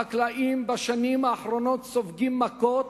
החקלאים, בשנים האחרונות, סופגים מכות.